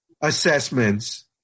assessments